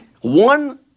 one